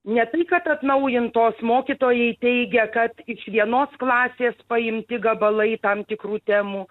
ne tai kad atnaujintos mokytojai teigia kad iš vienos klasės paimti gabalai tam tikrų temų